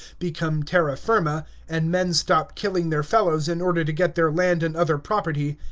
become terra firma, and men stop killing their fellows in order to get their land and other property,